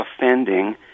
offending